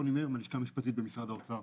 מהלשכה המשפטית במשרד האוצר.